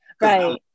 Right